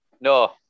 No